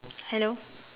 hello